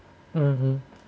uh